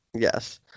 yes